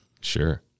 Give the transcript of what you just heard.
Sure